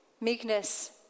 meekness